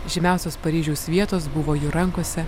žymiausios paryžiaus vietos buvo jų rankose